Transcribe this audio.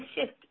shift